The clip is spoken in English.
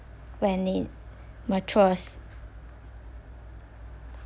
when it matures